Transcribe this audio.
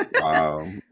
Wow